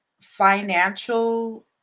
financial